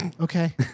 okay